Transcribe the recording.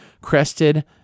crested